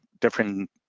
different